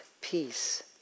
peace